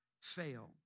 fail